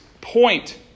point